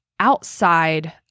outside